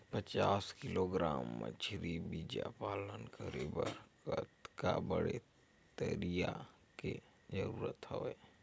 पचास किलोग्राम मछरी बीजा पालन करे बर कतका बड़े तरिया के जरूरत हवय?